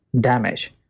damage